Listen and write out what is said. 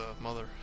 mother